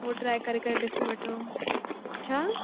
हो ट्राए करे करे ॾिसी वठो छा